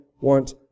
want